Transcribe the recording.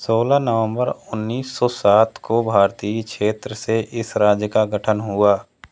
सोलह नवंबर उन्नीस सौ सात को भारतीय क्षेत्र से इस राज्य का गठन हुआ